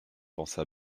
pensa